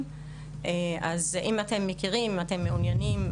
כי מגיעים לשם ילדים מגיל הגן נכון?